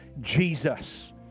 Jesus